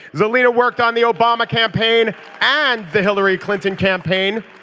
the leader worked on the obama campaign and the hillary clinton campaign.